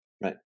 Right